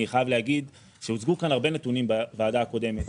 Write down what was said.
אני חייב להגיד שהוצגו כאן הרבה נתונים בוועדה הקודמת.